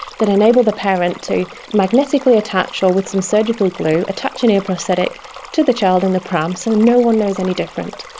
that enable the parent to magnetically attach or with some surgical glue attach an ear prosthetic to the child in the pram so no one knows any different.